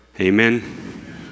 Amen